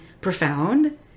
profound